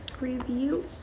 Review